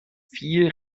viel